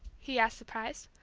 he asked, surprised.